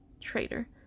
Traitor